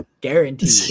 Guaranteed